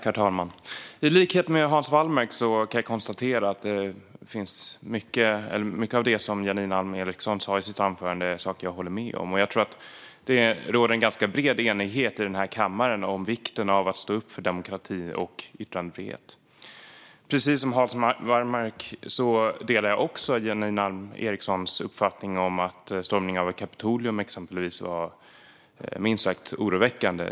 Herr talman! I likhet med Hans Wallmark håller jag med om mycket av det som Janine Alm Ericson sa i sitt anförande. Jag tror att det råder en ganska bred enighet i kammaren om vikten av att stå upp för demokrati och yttrandefrihet. Precis som Hans Wallmark delar jag också Janine Alm Ericsons uppfattning om att stormningen av Kapitolium var minst sagt oroväckande.